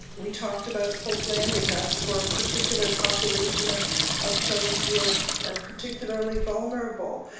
we talked about hope landing. that's for a particular population of of children who are are particularly vulnerable.